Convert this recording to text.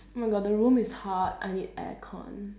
oh my god the room is hot I need air con